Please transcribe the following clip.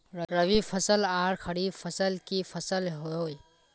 रवि फसल आर खरीफ फसल की फसल होय?